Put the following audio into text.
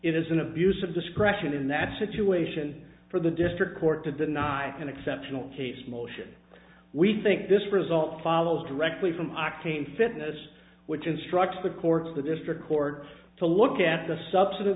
it is an abuse of discretion in that situation for the district court to deny an exceptional case motion we think this result follows directly from octane fitness which instructs the court of the district court to look at th